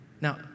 Now